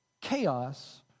chaos